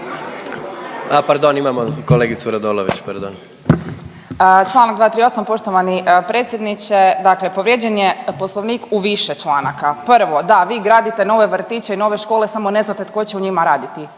A pardon, imamo kolegicu Radolović, pardon. **Radolović, Sanja (SDP)** Članak 238. Poštovani predsjedniče, dakle povrijeđen je Poslovnik u više članaka. Prvo da, vi gradite nove vrtiće i nove škole samo ne znate tko će u njima raditi.